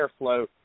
airflow